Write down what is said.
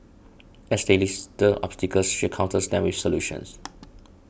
as they list the obstacles she counters them with solutions